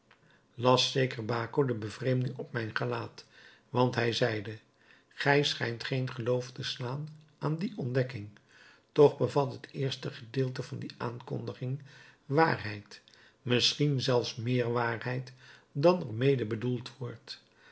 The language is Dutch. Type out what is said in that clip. zeker baco de bevreemding op mijn gelaat want hij zeide gij schijnt geen geloof te slaan aan die ontdekking toch bevat het eerste gedeelte van die aankondiging waarheid misschien zelfs meer waarheid dan er mede bedoeld wordt